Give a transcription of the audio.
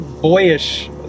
boyish